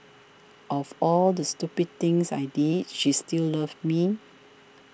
of all the stupid things I did she still loved me